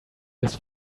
his